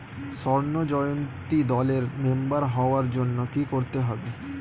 স্বর্ণ জয়ন্তী দলের মেম্বার হওয়ার জন্য কি করতে হবে?